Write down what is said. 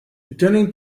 returning